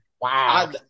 wow